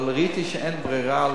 אבל ראיתי שאין ברירה.